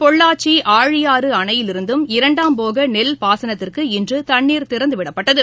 பொள்ளாச்சிஆழியாறுஅணையிலிருந்தும் போகநெல் இரண்டாம் பாசனத்திற்கு இன்றுதண்ணீர் திறந்துவிடப்பட்டது